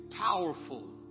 powerful